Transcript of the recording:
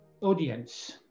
audience